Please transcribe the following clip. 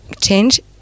change